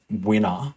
winner